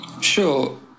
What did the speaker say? Sure